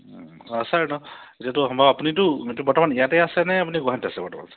অঁ ছাৰ ন এতিয়াতো আপুনিতো বৰ্তমান ইয়াতে আছে নে আপুনি গুৱাহাটীত আছে বৰ্তমান ছাৰ